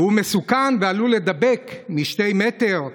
והוא מסוכן ועלול להדביק משני מטר,